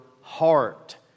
heart